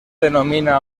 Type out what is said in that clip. denomina